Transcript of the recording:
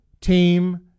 team